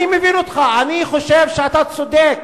אני מבין אותך, אני חושב שאתה צודק.